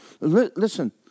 listen